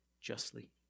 justly